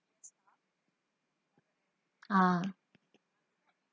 ah